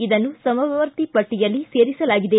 ಇದನ್ನು ಸಮವರ್ತಿ ಪಟ್ಟಿಯಲ್ಲಿ ಸೇರಿಸಲಾಗಿದೆ